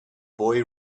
boy